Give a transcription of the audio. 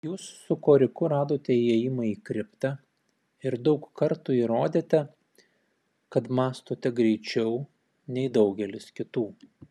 jūs su koriku radote įėjimą į kriptą ir daug kartų įrodėte kad mąstote greičiau nei daugelis kitų